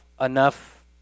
enough